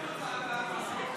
אם כן,